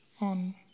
on